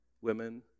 women